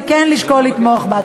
וכן לשקול לתמוך בה.